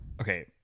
Okay